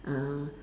uh